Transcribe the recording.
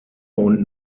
und